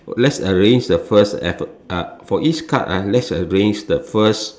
let's arrange the first alpha~ uh for each card ah let's arrange the first